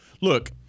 Look